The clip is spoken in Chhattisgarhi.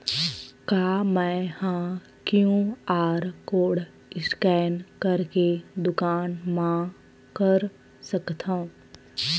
का मैं ह क्यू.आर कोड स्कैन करके दुकान मा कर सकथव?